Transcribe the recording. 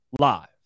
live